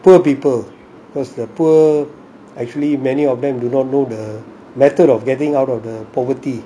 poor people cause the poor actually many of them do not know the method of getting out of the poverty